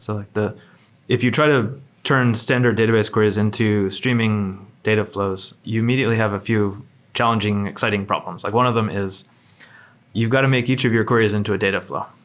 so like if you try to turn standard database queries into streaming dataflows, you immediately have a few challenging, exciting problems. like one of them is you've got to make each of your queries into a dataflow,